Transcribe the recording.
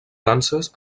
danses